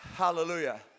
Hallelujah